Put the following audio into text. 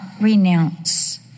renounce